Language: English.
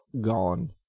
gone